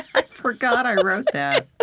i forgot i wrote that.